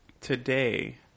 today